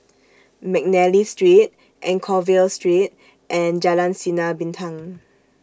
Mcnally Street Anchorvale Street and Jalan Sinar Bintang